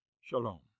Shalom